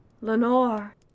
Lenore